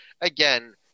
Again